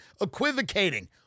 equivocating